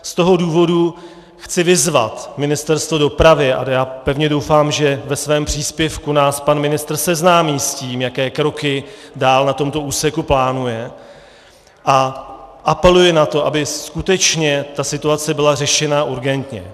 Z toho důvodu chci vyzvat Ministerstvo dopravy a já pevně doufám, že ve svém příspěvku nás pan ministr seznámí s tím, jaké kroky dál na tomto úseku plánuje, a apeluji na to, aby skutečně ta situace byla řešena urgentně.